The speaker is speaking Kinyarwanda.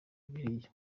bibiliya